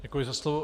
Děkuji za slovo.